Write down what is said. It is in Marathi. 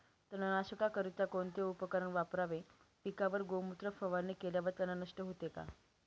तणनाशकाकरिता कोणते उपकरण वापरावे? पिकावर गोमूत्र फवारणी केल्यावर तण नष्ट होते का?